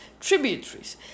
tributaries